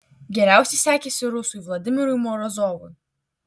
geriausiai sekėsi rusui vladimirui morozovui